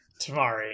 Tamari